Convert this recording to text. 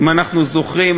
אם אנחנו זוכרים,